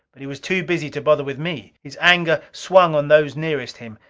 but he was too busy to bother with me his anger swung on those nearest him.